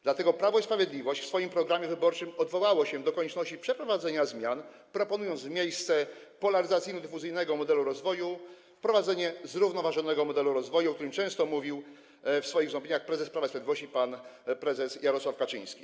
Dlatego Prawo i Sprawiedliwość w swoim programie wyborczym odwołało się do konieczności przeprowadzenia zmian, proponując w miejsce polaryzacyjno-dyfuzyjnego modelu rozwoju wprowadzenie zrównoważonego modelu rozwoju, o którym często mówił w swoich wystąpieniach prezes Prawa i Sprawiedliwości pan Jarosław Kaczyński.